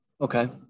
okay